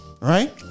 right